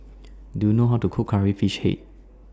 Do YOU know How to Cook Curry Fish Head